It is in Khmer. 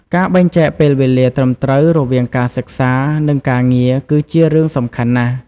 ការបែងចែកពេលវេលាត្រឹមត្រូវ រវាងការសិក្សា និងការងារ គឺជារឿងសំខាន់ណាស់។